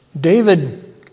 David